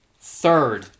third